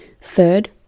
Third